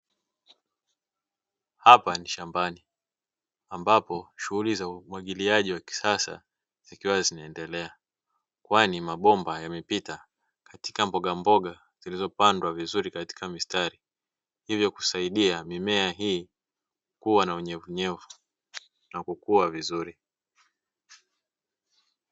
Hapa ni shambani; ambapo shughuli za umwagiliaji wa kisasa, zikiwa zinaendelea. Kwani mabomba yamepita katika mbogamboga zilizopandwa vizuri katika mistari, hivyo kusaidia mimea hii kuwa na unyevuvyevu na kukua vizuri.